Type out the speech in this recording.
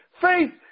faith